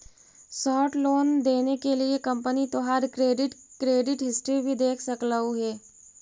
short loan देने के लिए कंपनी तोहार क्रेडिट क्रेडिट हिस्ट्री भी देख सकलउ हे